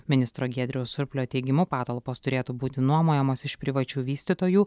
ministro giedriaus surplio teigimu patalpos turėtų būti nuomojamos iš privačių vystytojų